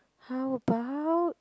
how about